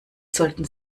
sollten